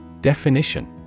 Definition